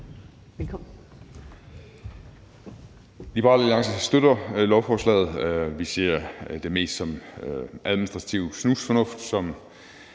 Velkommen.